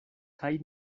kaj